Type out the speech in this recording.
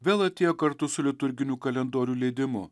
vėl atėjo kartu su liturginių kalendorių leidimu